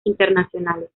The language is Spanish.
internacionales